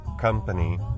company